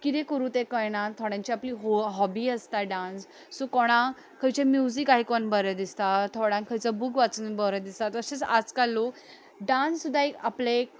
कितें करूं तें कळना थोड्यांची आपली हॉबी आसता डांस सो कोणाक खंयचें म्यूजीक आयकोन बरें दिसता थोड्यांक खंयचो बूक वाचून बरें दिसता तशेंच आजकाल लोक डांस सुद्दा एक आपलें एक